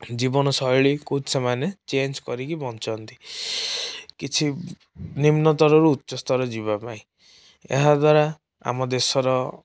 ଜୀବନଶୈଳୀକୁ ସେମାନେ ଚେଞ୍ଜ କରିକି ବଞ୍ଚନ୍ତି କିଛି ନିମ୍ନତରରୁ ଉଚ୍ଚସ୍ଥର ଯିବା ପାଇଁ ଏହାଦ୍ବାରା ଆମ ଦେଶର